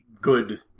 good